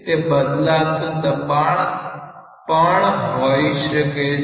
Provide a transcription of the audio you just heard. તે બદલાતુ દબાણ પણ હોઈ શકે છે